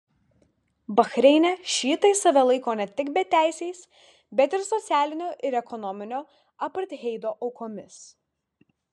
bahreine šiitai save laiko ne tik beteisiais bet ir socialinio ir ekonominio apartheido aukomis